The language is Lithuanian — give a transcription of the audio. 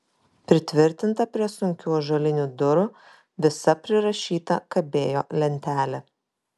pritvirtinta prie sunkių ąžuolinių durų visa prirašyta kabėjo lentelė